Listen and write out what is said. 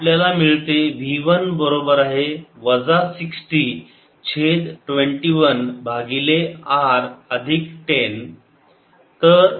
आपल्याला मिळते V 1 बरोबर आहे वजा 60 छेद 21 भागिले R अधिक 10